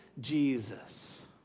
Jesus